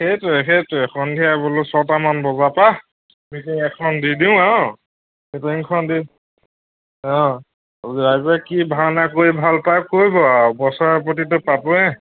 সেইটোৱে সেইটোৱেই সন্ধিয়া বোলো ছয়টা মান বজাৰ পৰা মিটিং এখন দি দিওঁ আৰু মিটিংখন দি ৰাইজে কি ভাওনা কৰি ভাল পায় কৰিব আৰু বছৰে প্ৰতিটো পাবয়ে